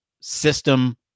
system